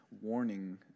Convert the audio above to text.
warning